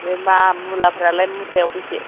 बे मा मुलाफोरालाय मुथायाव बेसे